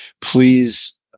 please